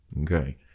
Okay